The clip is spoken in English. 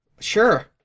Sure